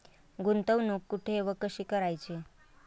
गुंतवणूक कुठे व कशी करायची?